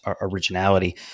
originality